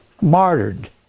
martyred